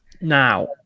Now